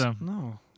No